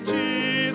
Jesus